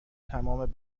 تمام